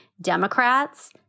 Democrats